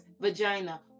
vagina